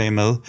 med